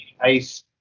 ice